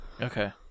Okay